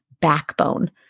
backbone